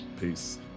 Peace